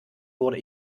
wurde